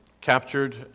captured